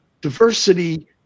diversity